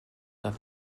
that